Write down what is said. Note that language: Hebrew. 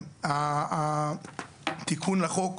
התיקון לחוק,